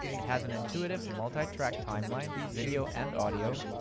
it has an intuitive multi track timeline for video and audio,